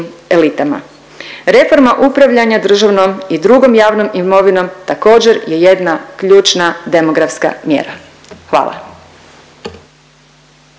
elitama. Reforma upravljanja državnom i drugom javnom imovinom također je jedna ključna demografska mjera. Hvala.